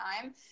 time